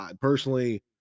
Personally